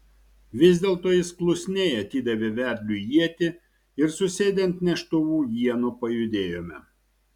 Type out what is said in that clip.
vis dėlto jis klusniai atidavė vedliui ietį ir susėdę ant neštuvų ienų pajudėjome